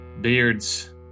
beards